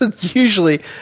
Usually